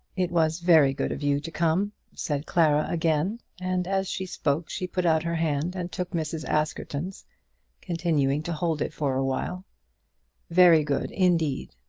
it was very good of you to come, said clara again, and as she spoke she put out her hand and took mrs. askerton's continuing to hold it for awhile very good indeed.